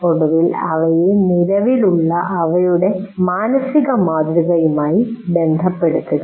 ഒടുവിൽ അവയെ നിലവിലുള്ള അവയുടെ മാനസികമാതൃകയുമായി ബന്ധപ്പെടുത്തുക